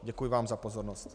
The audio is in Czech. Děkuji vám za pozornost.